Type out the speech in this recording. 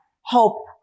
hope